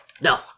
No